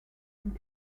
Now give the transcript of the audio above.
and